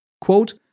Quote